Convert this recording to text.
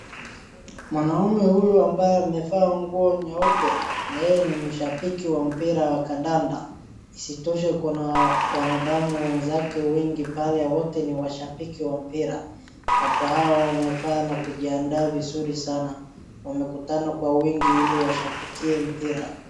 Mwanaume huyu ambaye amevaa nguo nyeupe yeye ni mshabiki wa mpira wa nisitoshe kuna wanadamu wenzake wengi pale wote ni mashabiki wa mpira. Watu hao wamevaa na kujiandaa vizuri sana wamekutana kwa wingi ili washabikie mpira.